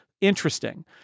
Interesting